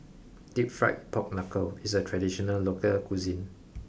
deep fried pork knuckle is a traditional local cuisine